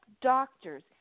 doctors